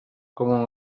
com